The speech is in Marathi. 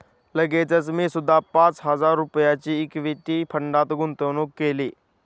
लगेचच मी सुद्धा पाच हजार रुपयांची इक्विटी फंडात गुंतवणूक केली